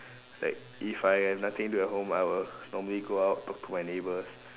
like if I have nothing do at home I will normally go out talk to my neighbours